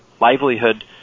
livelihood